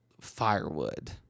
firewood